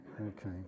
Okay